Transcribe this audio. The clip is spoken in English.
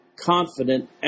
confident